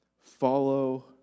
Follow